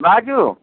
बाजू